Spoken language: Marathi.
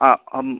आ